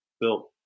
built